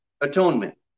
atonement